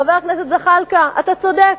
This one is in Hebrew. חבר הכנסת זחאלקה, אתה צודק,